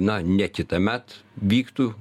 na ne kitąmet vyktų